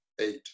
eight